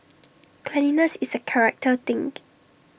cleanliness is A character thing